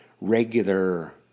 regular